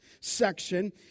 section